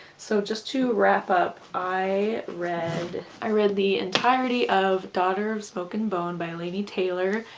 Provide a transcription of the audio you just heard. so just to wrap up i read i read the entirety of daughter of smoke and bone by laini taylor,